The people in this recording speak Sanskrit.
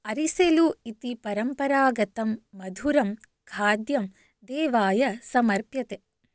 अरिसेलु इति परम्परागतं मधुरं खाद्यं देवाय समर्प्यते